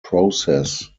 process